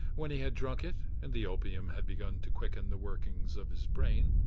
when he had drunk it and the opium had begun to quicken the workings of his brain,